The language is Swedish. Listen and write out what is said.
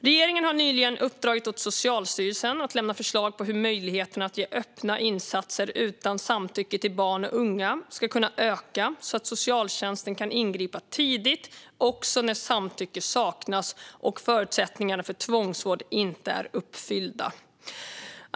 Regeringen har nyligen uppdragit åt Socialstyrelsen att lämna förslag på hur möjligheterna att ge öppna insatser utan samtycke till barn och unga ska kunna öka så att socialtjänsten kan ingripa tidigt också när samtycke saknas och förutsättningarna för tvångsvård inte är uppfyllda.